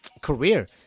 career